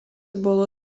bolo